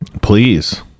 Please